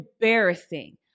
embarrassing